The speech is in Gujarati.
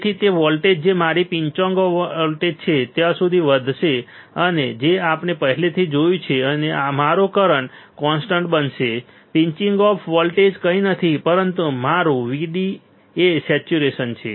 તેથી તે વોલ્ટેજ જે મારી પિંચિંગ ઑફ વોલ્ટેજ છે ત્યાં સુધી વધશે જે આપણે પહેલાથી જોયું છે અને મારો કરંટ કોન્સ્ટન્ટ બનશે પિંચિંગ ઑફ વોલ્ટેજ કંઈ નથી પરંતુ મારું VD સેચ્યુરેશન છે